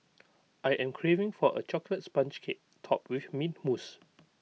I am craving for A Chocolate Sponge Cake Topped with Mint Mousse